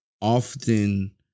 often